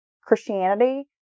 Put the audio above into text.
Christianity